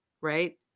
right